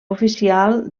oficial